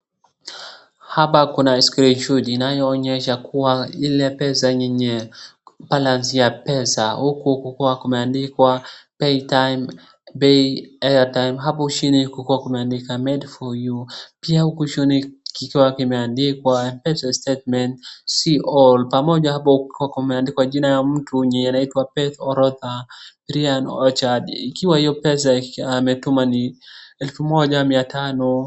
Hapa kuna skirini shoti inayoonyesha kuwa ile pesa, balance ya pesa, huku kukuwa kumeandikwa paytime, buy airtime[c]. Hapo chini kukuwa kumeandikwa "Made for you" . Pia huku chini kikiwa kimeandikwa "Mpesa statement, see all ". Pamoja hapo kukuwa kumeandikwa jina ya mtu mwenye anaitwa Beth Orodha, Brian Ochad. Ikiwa hiyo pesa ametuma ni 1500.